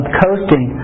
coasting